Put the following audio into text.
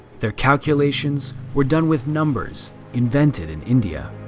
their calculations were done with numbers invented in india.